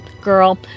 girl